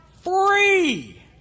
free